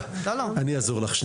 הילה, אני אעזור לך.